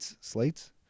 slates